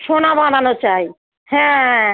সোনা বাঁধানো চাই হ্যাঁ